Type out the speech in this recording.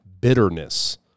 bitterness